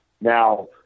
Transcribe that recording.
Now